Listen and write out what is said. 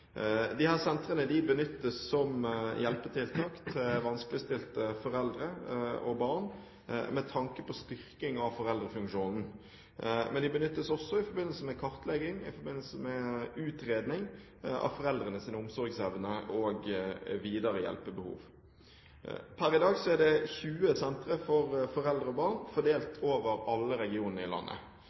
sentrene benyttes som hjelpetiltak til vanskeligstilte foreldre og barn med tanke på styrking av foreldrefunksjonen. Men de benyttes også i forbindelse med kartlegging og utredning av foreldrenes omsorgsevne og videre hjelpebehov. Per i dag er det 20 sentre for foreldre og barn fordelt over alle regionene i landet.